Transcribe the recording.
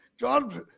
God